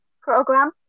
program